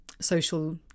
social